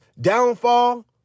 downfall